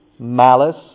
malice